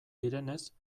direnez